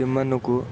ସେମାନଙ୍କୁ